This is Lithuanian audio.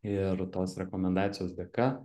ir tos rekomendacijos dėka